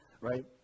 right